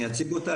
אציג אותה,